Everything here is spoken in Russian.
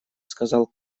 сказал